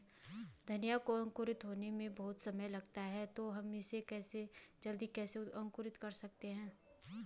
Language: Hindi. धनिया को अंकुरित होने में बहुत समय लगता है तो हम इसे जल्दी कैसे अंकुरित कर सकते हैं?